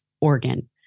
organ